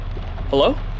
Hello